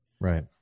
Right